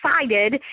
excited